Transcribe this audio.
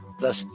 thus